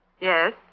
Yes